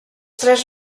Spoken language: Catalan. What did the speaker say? tres